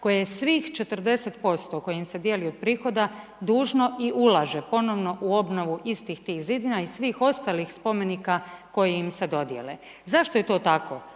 je svih 40% koje im se dijeli od prihoda dužno i ulaže ponovno u obnovu istih tih zidina i svih ostalih spomenika koji im se dodijele. Zašto je to tako?